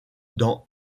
dans